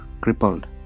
crippled